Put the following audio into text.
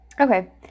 Okay